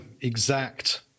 exact